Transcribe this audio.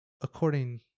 according